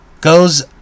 goes